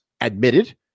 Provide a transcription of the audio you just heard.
admitted